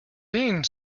being